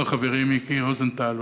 אמר חברי מיקי רוזנטל,